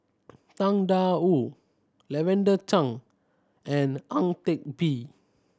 Tang Da Wu Lavender Chang and Ang Teck Bee